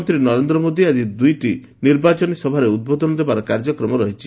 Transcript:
ପ୍ରଧାନମନ୍ତ୍ରୀ ନରେନ୍ଦ୍ର ମୋଦୀ ଆଜି ଦୁଇଟି ସାଧାରଣ ସଭାରେ ଉଦ୍ବୋଧନ ଦେବାର କାର୍ଯ୍ୟକ୍ରମ ରହିଛି